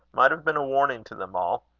might have been a warning to them all.